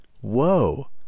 Whoa